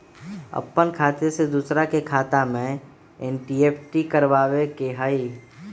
अपन खाते से दूसरा के खाता में एन.ई.एफ.टी करवावे के हई?